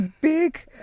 big